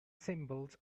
symbols